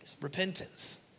repentance